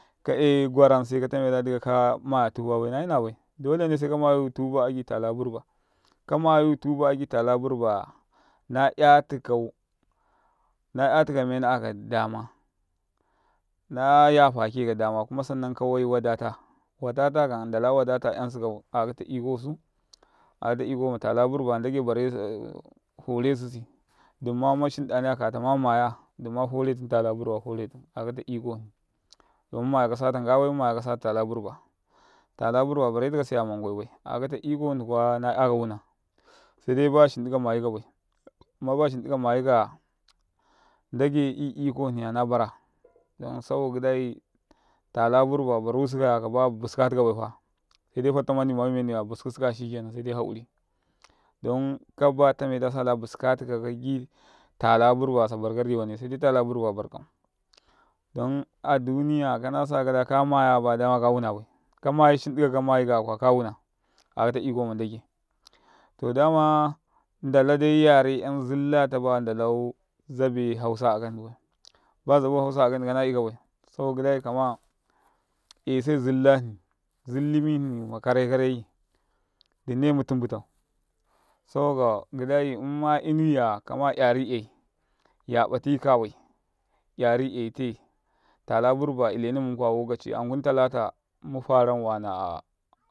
ka e gwaram seka ɗ a ɗ ika ka maya tubabai na yinabai ɗ olene seka maya tuba agi tala burba kamayu tuba agi tala burba na 'yatikau na 'yata gam nayafa ke gam kuma nani kawai wa ɗ ata wa ɗ ata n ɗ ala wa ɗ ata 'yansikau akata ikosu. a, kata iko matala burba n ɗ age baresu horu susi ɗ umma horetum tala burba hure tum'aka ta iko hni mu mayaka sata ngabai mumayaka satau tala burba tala burba bare tika siya manngwaibai a'akata iko na'yaka wuna se ɗ ai bashin ɗ ika mayikabai amma bashin ɗ i ka mayikaya n ɗ age i iko hniya na bara ɗ an saboka gi ɗ ai tala burba baru siki ya kaba buska tika baifa sai ɗ ai fatta man ɗ i mayu meni buskusukaya sedai hauri ɗ on kaba tame ɗ a sa buska tika kagi tala burba sabarka riwa ne se ɗ ai tala burba sabarka riwane se ɗ ai tala burba bar kau ɗ on aduniya kana saka ka ɗ a kama ya baya ɗ ama ka wuna bai, kama yika kuma kawuna akata iko man ɗ age. to ɗ ama n ɗ ala ɗ ai yare 'yam n ɗ dalau zillatu baya zabe hausa akannibai ba zabu hausa akanni kana ikabai zillimini makarekareyi. ɗ umne mutumbutau sabokau gi ɗ ai imma inuiya kama 'yari 'yai. ya ნati ka bai 'yari 'yaite tala burba ilenen munkuwa lokaci ankutalata mucan wana a ngai ɗ u